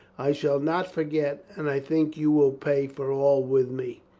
i shall not forget. and i think you will pay for all with me.